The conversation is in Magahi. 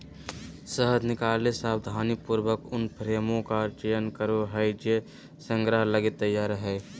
शहद निकलैय सावधानीपूर्वक उन फ्रेमों का चयन करो हइ जे संग्रह लगी तैयार हइ